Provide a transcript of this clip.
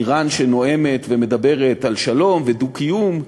איראן שנואמת ומדברת על שלום ועל דו-קיום,